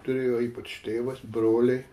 turėjo ypač tėvas broliai